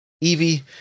Evie